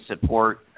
support